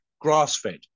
grass-fed